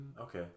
Okay